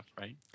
right